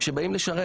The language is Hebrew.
שבאים לשרת.